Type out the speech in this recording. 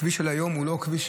הכביש של היום הוא לא כביש,